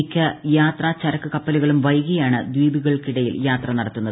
മിക്ക യാത്രാ ചരക്കു കപ്പലുകളും വൈകിയാണ് ദ്വീപുകൾക്കിടയിൽ യാത്രക്യൂർ നടത്തുന്നത്